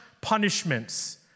punishments